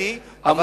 יש לה מעמד דתי,